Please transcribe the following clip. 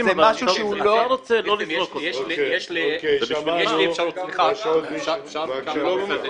זה משהו שהוא לא --- יש לי אפשרות, סליחה, אפשר?